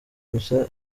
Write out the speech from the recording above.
gusa